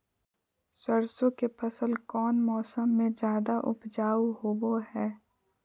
सरसों के फसल कौन मौसम में ज्यादा उपजाऊ होबो हय?